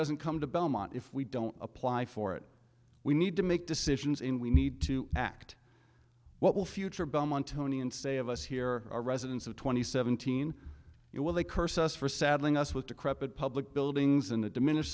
doesn't come to belmont if we don't apply for it we need to make decisions in we need to act what will future belmont tony and say of us here are residents of twenty seventeen it will they curse us for saddling us with decrepit public buildings and a diminished